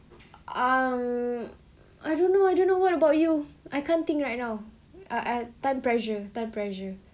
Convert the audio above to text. um I don't know I don't know what about you I can't think right now uh I time pressure time pressure